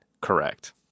correct